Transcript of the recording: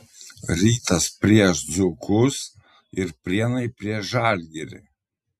rytas prieš dzūkus ir prienai prieš žalgirį